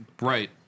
Right